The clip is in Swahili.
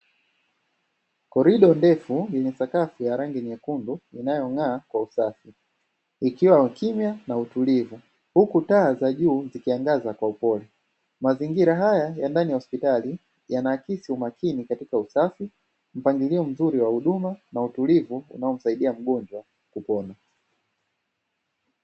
Korido ndefu yenye sakafu ya rangi nyekundu inayong'aa kwa usafi ikiwa na ukimya na utulivu, huku taa za juu zikiangaza kwa upole; mazingira haya ya ndani ya hospitali yanaakisi umakini katika usafi, mpangilio mzuri wa huduma na utulivu unaomsaidia mgojwa kupona.